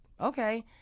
okay